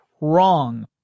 wrong